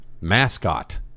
mascot